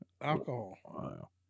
alcohol